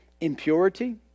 impurity